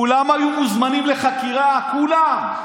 כולם היו מוזמנים לחקירה, כולם.